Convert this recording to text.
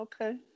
Okay